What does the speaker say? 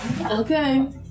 Okay